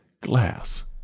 glass